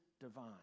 divine